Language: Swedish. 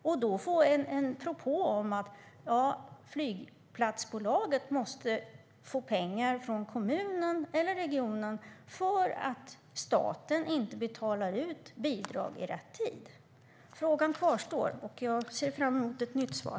Hur är det då att få en propå om att flygplatsbolaget måste få pengar från kommunen eller regionen för att staten inte betalar ut bidrag i rätt tid? Frågan kvarstår. Jag ser fram emot ett nytt svar.